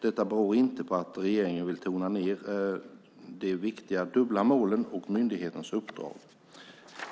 Detta beror inte på att regeringen vill tona ned de viktiga dubbla målen och myndighetens uppdrag.